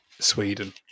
Sweden